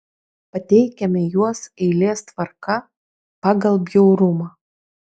pateikiame juos eilės tvarka pagal bjaurumą